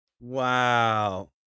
Wow